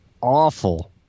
awful